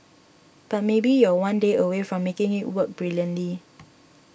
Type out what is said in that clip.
but maybe you're one day away from making it work brilliantly